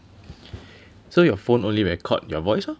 so your phone only record your voice orh